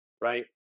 right